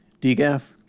DGAF